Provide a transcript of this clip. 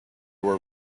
were